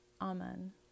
Amen